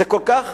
זה כל כך